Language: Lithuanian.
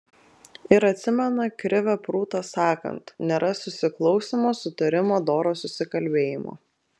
ir atsimena krivę prūtą sakant nėra susiklausymo sutarimo doro susikalbėjimo